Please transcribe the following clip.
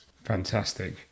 Fantastic